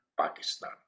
pakistan